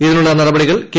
ഇതിനുള്ള നടപടികൾ കെ